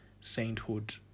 sainthood